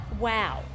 Wow